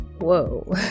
whoa